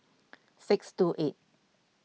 six two eight